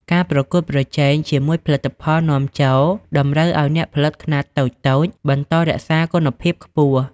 ការប្រកួតប្រជែង ជាមួយផលិតផលនាំចូលតម្រូវឱ្យអ្នកផលិតខ្នាតតូចៗបន្តរក្សាគុណភាពខ្ពស់។